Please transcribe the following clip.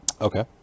Okay